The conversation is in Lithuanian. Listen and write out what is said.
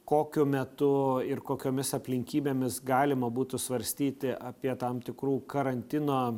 kokiu metu ir kokiomis aplinkybėmis galima būtų svarstyti apie tam tikrų karantino